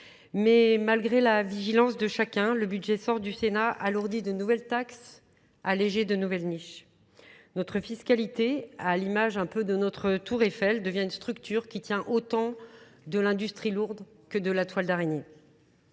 Mais malgré la vigilance de chacun, le budget sort du Sénat alourdi de nouvelles taxes, allégé de nouvelles niches. Notre fiscalité, à l'image un peu de notre tour Eiffel, devient une structure qui tient autant de l'industrie lourde que de la toile d'araignée.